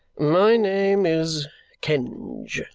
my name is kenge,